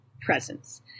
presence